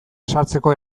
sartzeko